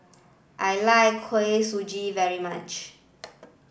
I like Kuih Suji very much